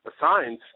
assigned